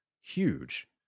huge